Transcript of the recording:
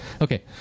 Okay